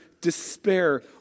despair